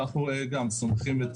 אנחנו סומכים את